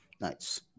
Nice